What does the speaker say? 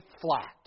flat